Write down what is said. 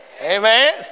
Amen